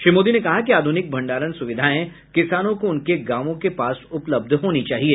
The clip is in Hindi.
श्री मोदी ने कहा कि आधुनिक भंडारण सुविधाएं किसानों को उनके गांवों के पास उपलब्ध होनी चाहिए